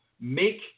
make